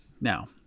Now